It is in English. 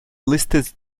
listed